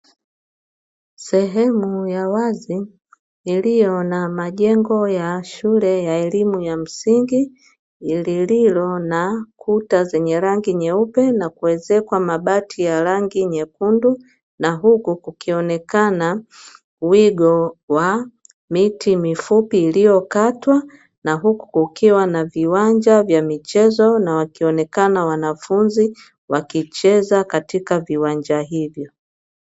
Sehemu ya wazi iliyo na majengo ya shule ya elimu ya msingi lililo na kuta zenye rangi nyeupe na kuwezekwa mabati ya rangi nyekundu na huku kukionekana wigo wa miti mifupi iliyokatwa, na huku kukiwa na viwanja vya michezo na wakionekana wanafunzi wakicheza katika viwanja hivyo.